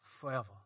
Forever